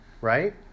right